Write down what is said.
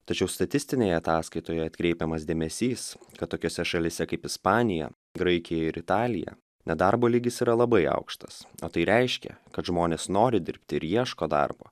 tačiau statistinėje ataskaitoje atkreipiamas dėmesys kad tokiose šalyse kaip ispanija graikija ir italija nedarbo lygis yra labai aukštas o tai reiškia kad žmonės nori dirbt ir ieško darbo